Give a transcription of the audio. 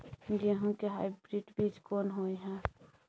गेहूं के हाइब्रिड बीज कोन होय है?